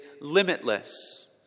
limitless